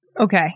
Okay